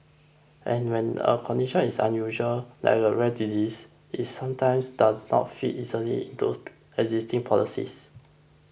and when a condition is unusual like a rare disease it sometimes does not fit easily into existing policies